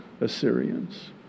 Assyrians